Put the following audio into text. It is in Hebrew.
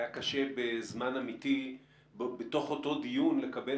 היה קשה בזמן אמיתי בתוך אותו דיון לקבל